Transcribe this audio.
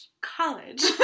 College